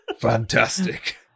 Fantastic